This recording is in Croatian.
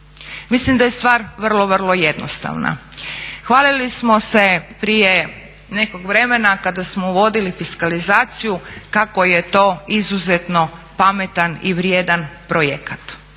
Mislim da je stvar vrlo, vrlo jednostavna. Hvalili smo se prije nekog vremena kada smo uvodili fiskalizaciju kako je to izuzetno pametan i vrijedan projekat.